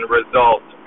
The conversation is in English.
results